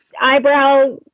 eyebrow